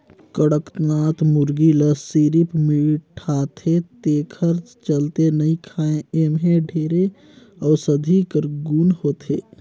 कड़कनाथ मुरगा ल सिरिफ मिठाथे तेखर चलते नइ खाएं एम्हे ढेरे अउसधी कर गुन होथे